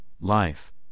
life